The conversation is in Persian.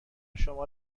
شما